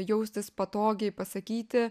jaustis patogiai pasakyti